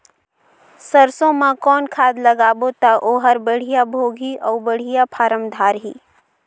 सरसो मा कौन खाद लगाबो ता ओहार बेडिया भोगही अउ बेडिया फारम धारही?